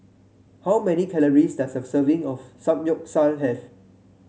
how many calories does a serving of Samgyeopsal have